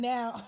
Now